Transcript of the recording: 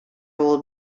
old